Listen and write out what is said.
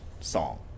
song